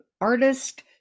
artist